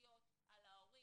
העסקיות על ההורים.